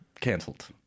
cancelled